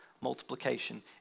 multiplication